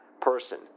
person